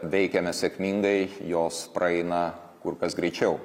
veikiame sėkmingai jos praeina kur kas greičiau